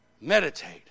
meditate